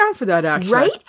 Right